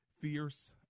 fierce